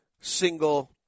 single